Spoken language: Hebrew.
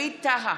טאהא,